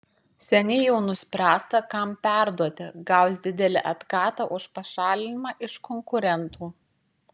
seniai jau nuspręsta kam perduoti gaus didelį atkatą už pašalinimą iš konkurentų